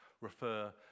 refer